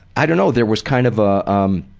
i don't know, there was kind of a. um